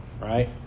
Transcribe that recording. right